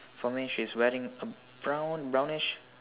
for me she's wearing a brown brownish